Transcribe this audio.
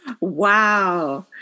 Wow